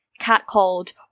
catcalled